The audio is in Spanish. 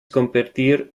competir